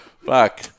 Fuck